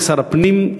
כשר הפנים,